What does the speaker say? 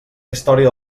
història